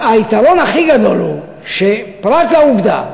היתרון הכי גדול הוא שפרט לעובדה